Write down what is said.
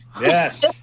Yes